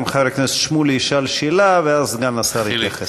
גם חבר הכנסת שמולי ישאל שאלה, ואז אדוני יתייחס.